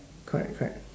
correct correct